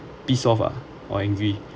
pissed off ah or angry